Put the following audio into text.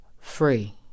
Free